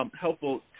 helpful